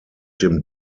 dem